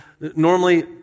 normally